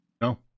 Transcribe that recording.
no